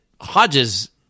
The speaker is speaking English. hodges